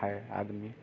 है आदमी